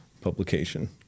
publication